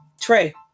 Trey